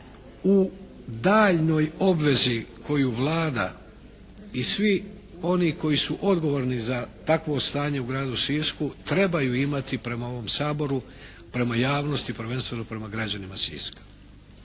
u daljnjoj obvezi koju Vlada i svi oni koji su odgovorni za takvo stanje u gradu Sisku trebaju imati prema ovom Saboru, prema javnosti, prvenstveno prema građanima Siska.